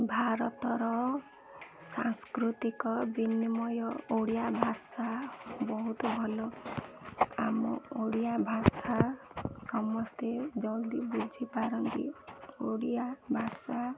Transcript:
ଭାରତର ସାଂସ୍କୃତିକ ବିନିମୟ ଓଡ଼ିଆ ଭାଷା ବହୁତ ଭଲ ଆମ ଓଡ଼ିଆ ଭାଷା ସମସ୍ତେ ଜଲ୍ଦି ବୁଝିପାରନ୍ତି ଓଡ଼ିଆ ଭାଷା